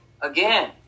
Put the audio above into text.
again